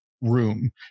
room